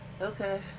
Okay